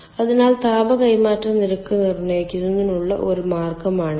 അതിനാൽ താപ കൈമാറ്റ നിരക്ക് നിർണ്ണയിക്കുന്നതിനുള്ള ഒരു മാർഗമാണിത്